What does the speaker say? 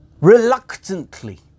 reluctantly